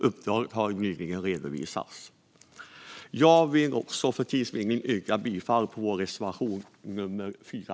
Uppdraget har nyligen redovisats. Jag yrkar bifall till vår reservation nummer 4.